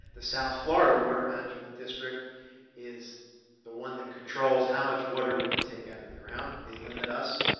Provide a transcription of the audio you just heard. the south florida water management district is the one that controls how much water we could take out of the ground. they limit us.